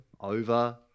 over